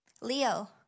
Leo